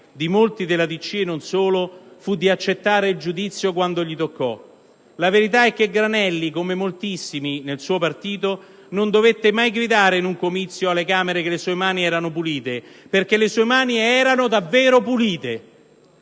di molti della DC, e non solo, fu di accettare il giudizio quando toccò loro. La verità è che Granelli, come moltissimi nel suo partito, non dovette mai gridare in un comizio alle Camere che le sue mani erano pulite, perché le sue mani erano davvero pulite.